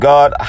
God